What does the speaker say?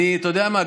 אתה יודע מה,